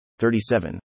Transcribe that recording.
37